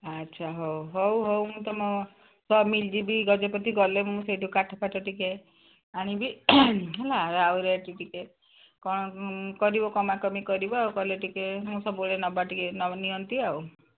ଆଚ୍ଛା ହଉ ହଉ ହଉ ମୁଁ ତମ ସ ମିଲ୍ ଯିବି ଗଜପତି ଗଲେ ମୁଁ ସେଇଠୁ କାଠ ପାଠ ଟିକେ ଆଣିବି ହେଲା ଆଉ ରେଟ୍ ଟିକିେ କ'ଣ କରିବ କମା କମି କରିବ ଆଉ କହିଲେ ଟିକେ ମୁଁ ସବୁବେଳେ ନବା ଟିକେ ନିଅନ୍ତି ଆଉ